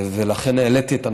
לכן, העליתי את הנושא,